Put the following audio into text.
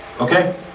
Okay